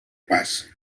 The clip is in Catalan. pas